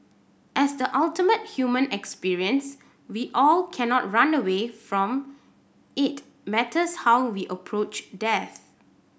as the ultimate human experience we all cannot run away from it matters how we approach death